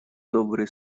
добрые